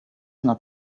not